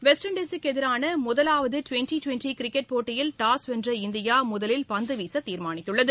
west இண்உசுக்கு எதிரான முதலாவது டிவெண்டி டிவெண்டி கிரிக்கெட் போட்டியில் டாஸ் வென்ற இந்தியா முதலில் பந்துவீச தீர்மானித்துள்ளது